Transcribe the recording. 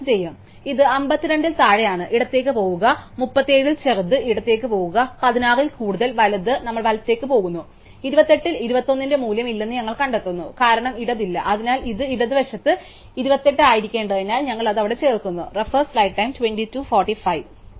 അതിനാൽ ഇത് 52 ൽ താഴെയാണ് ഇടത്തേക്ക് പോകുക 37 ൽ ചെറുത് ഇടത്തേക്ക് പോകുക 16 ൽ കൂടുതൽ വലുത് നമ്മൾ വലത്തേക്ക് പോകുന്നു 28 ൽ 21 ന്റെ മൂല്യം ഇല്ലെന്ന് ഞങ്ങൾ കണ്ടെത്തുന്നു കാരണം ഇടത് ഇല്ല അതിനാൽ ഇത് ഇടതുവശത്ത് 28 ആയിരിക്കേണ്ടതിനാൽ ഞങ്ങൾ അത് ചേർക്കുന്നു